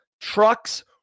trucks